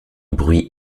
bruit